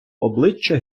обличчя